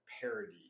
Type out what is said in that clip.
parody